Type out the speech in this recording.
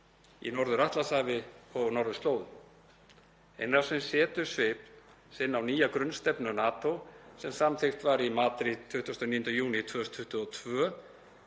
á Norður-Atlantshafi og norðurslóðum. Innrásin setur svip sinn á nýja grunnstefnu NATO sem samþykkt var í Madríd 29. júní 2022